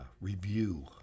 review